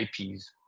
IPs